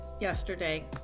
yesterday